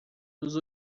nos